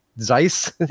zeiss